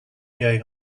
going